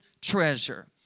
treasure